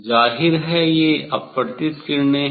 जाहिर है ये अपवर्तित किरणें है